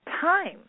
time